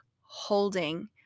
holding